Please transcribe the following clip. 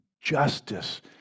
justice